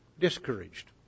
discouraged